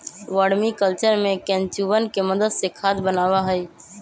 vermi culture में केंचुवन के मदद से खाद बनावा हई